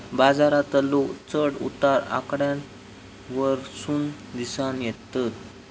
बाजारातलो चढ उतार आकड्यांवरसून दिसानं येतत